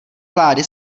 vlády